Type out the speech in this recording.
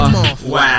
Wow